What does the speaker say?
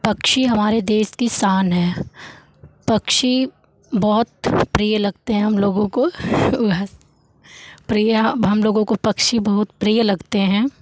पक्षी हमारे देश की शान हैं पक्षी बहुत प्रिय लगते हैं हम लोगों को प्रिय अब हम लोगों को पक्षी बहुत प्रिय लगते हैं